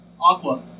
Aqua